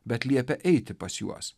bet liepia eiti pas juos